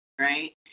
right